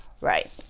right